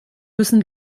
müssen